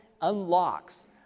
unlocks